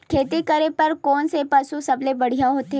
खेती करे बर कोन से पशु सबले बढ़िया होथे?